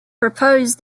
proposed